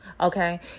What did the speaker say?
Okay